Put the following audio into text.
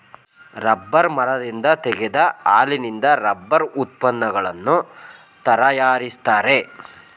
rubber ಮರದಿಂದ ತೆಗೆದ ಹಾಲಿನಿಂದ ರಬ್ಬರ್ ಉತ್ಪನ್ನಗಳನ್ನು ತರಯಾರಿಸ್ತರೆ